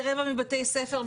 לרבע מבתי הספר,